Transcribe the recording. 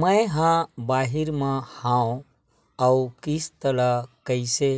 मैं हा बाहिर मा हाव आऊ किस्त ला कइसे